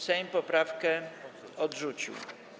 Sejm poprawkę odrzucił.